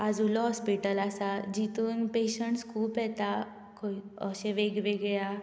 Asilo hospital आसा जातूंत patients खूब येता अशे वेगळ्यावेगळ्या